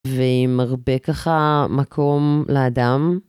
ועם הרבה ככה מקום לאדם.